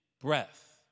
breath